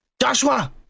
Joshua